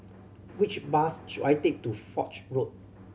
which bus should I take to Foch Road